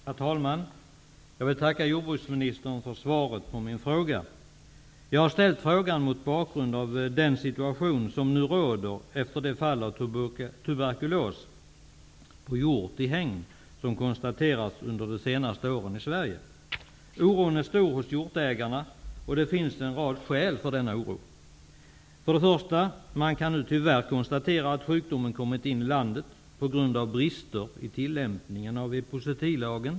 Herr talman! Jag vill tacka jordbruksministern för svaret på min fråga. Jag har ställt frågan mot bakgrund av den situation som nu råder efter de fall av tuberkulos på hjort i hägn som har konstaterats under de senaste åren i Sverige. Oron är stor hos hjortägarna, och det finns en rad skäl för den oron. För det första kan man nu tyvärr konstatera att sjukdomen har kommit in i landet på grund av brister i tillämpningen av epizootilagen.